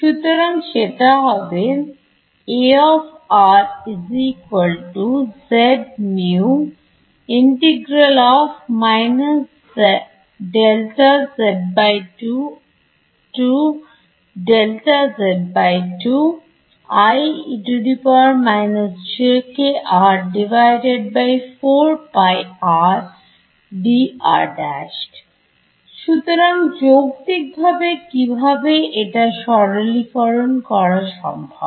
সুতরাং সেটা হবে সুতরাং যৌক্তিকভাবে কিভাবে এটা সরলীকরণ করা সম্ভব